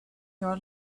your